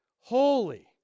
holy